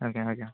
ଆଜ୍ଞା ଆଜ୍ଞା